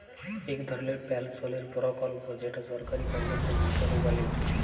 ইক ধরলের পেলশলের পরকল্প যেট সরকারি কার্যক্রম হিঁসাবে জালি